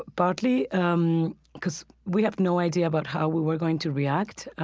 partly um because we had no idea about how we were going to react.